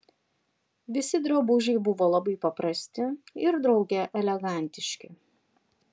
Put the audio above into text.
visi drabužiai buvo labai paprasti ir drauge elegantiški